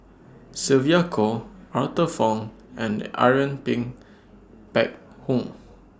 Sylvia Kho Arthur Fong and Irene Phek Hoong